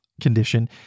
condition